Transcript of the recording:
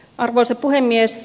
arvoisa puhemies